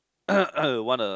want a